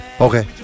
Okay